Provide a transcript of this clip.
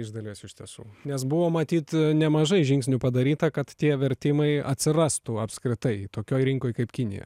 iš dalies iš tiesų nes buvo matyt nemažai žingsnių padaryta kad tie vertimai atsirastų apskritai tokioj rinkoj kaip kinija